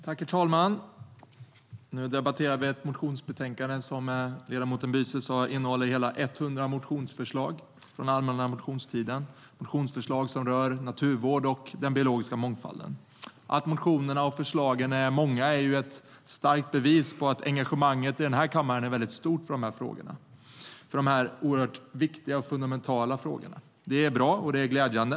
Herr talman! Vi debatterar nu ett motionsbetänkande som innehåller, som ledamoten Büser sa, hela 100 motionsförslag från allmänna motionstiden. Det är motionsförslag som rör naturvård och den biologiska mångfalden. Att motionerna och förslagen är många är ett starkt bevis på att engagemanget i denna kammare är mycket stort för dessa oerhört viktiga och fundamentala frågor. Det är bra och glädjande.